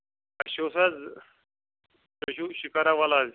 اَسہِ اوس حظ تۄہہِ چھُو شِکارا والا حظ